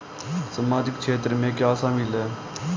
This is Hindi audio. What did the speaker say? सामाजिक क्षेत्र में क्या शामिल है?